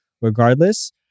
regardless